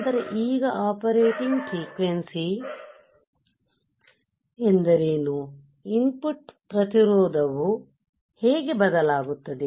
ನಂತರ ಈಗ operating frequency ಎಂದರೇನು ಇನ್ ಪುಟ್ ಪ್ರತಿರೋಧವು ಹೇಗೆ ಬದಲಾಗುತ್ತದೆ